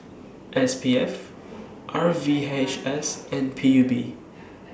S P F R V H S and P U B